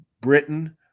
Britain